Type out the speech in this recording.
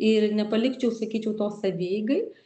ir nepalikčiau sakyčiau to savieigai